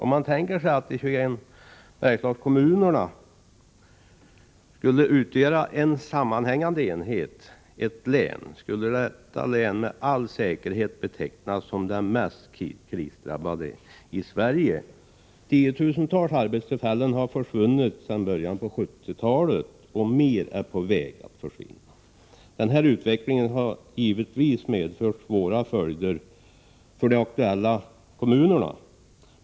Om Bergslagskommunerna skulle utgöra en sammanhängande enhet, ett län, skulle detta län med all sannolikhet betecknas som det mest krisdrabbade i Sverige. Tiotusentals arbetstillfällen har försvunnit sedan början på 1970-talet och fler är på väg att försvinna. Denna utveckling har givetvis medfört svåra följder för de aktuella kommunerna.